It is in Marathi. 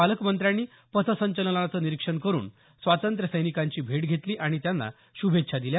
पालकमंत्र्यांनी पथसंचलनाचं निरीक्षण करून स्वातंत्र्यसैनिकांची भेट घेतली आणि त्यांना श्रभेच्छा दिल्या